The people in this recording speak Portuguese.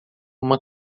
uma